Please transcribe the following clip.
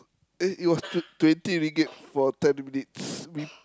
eh it was t~ twenty ringgit for ten minutes we